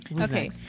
okay